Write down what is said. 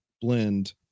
blend